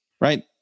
right